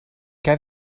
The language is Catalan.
què